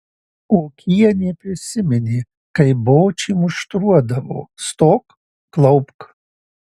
okienė prisiminė kaip bočį muštruodavo stok klaupk